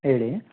ಹೇಳಿ